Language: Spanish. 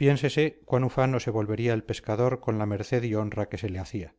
piénsese cuán ufano se volvería el pescador con la merced y honra que se le hacía